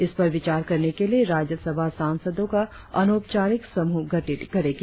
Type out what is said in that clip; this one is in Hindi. इस पर विचार करने के लिए राज्यसभा सांसदों का अनौपचारिक समूह गठित करेगी